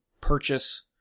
purchase